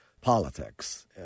politics